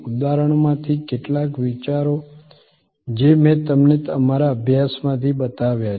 ઉદાહરણમાંથી કેટલાક વિચારો જે મેં તમને અમારા અભ્યાસમાંથી બતાવ્યા છે